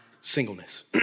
singleness